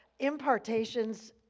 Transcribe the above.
impartations